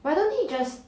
why don't he just